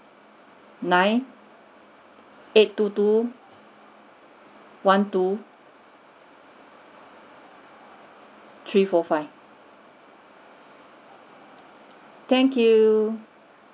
nine eight two two one two three four five thank you